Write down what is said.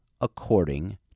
according